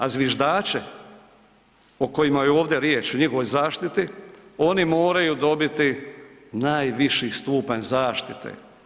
A zviždače o kojima je ovdje riječ, o njihovoj zaštiti, oni moraju dobiti najviši stupanj zaštite.